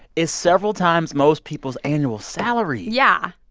is several times most people's annual salary yeah.